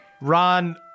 Ron